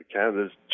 Canada's